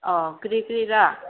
ꯑꯣ ꯀꯔꯤ ꯀꯔꯤꯔꯥ